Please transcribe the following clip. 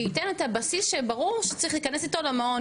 שייתן את הבסיס שברור שצריך להיכנס איתו למעון,